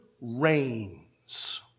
reigns